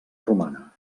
romana